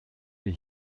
wir